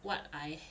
what I